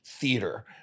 theater